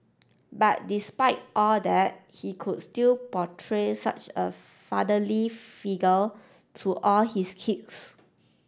but despite all that he could still portray such a fatherly figure to all his kids